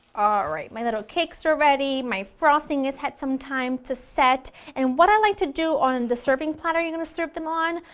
alright, my little cakes are ready, my frosting has had some time to set, and what i like to do on the serving platter you're going to serve them on,